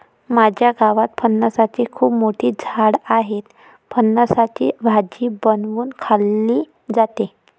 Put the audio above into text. माझ्या गावात फणसाची खूप मोठी झाडं आहेत, फणसाची भाजी बनवून खाल्ली जाते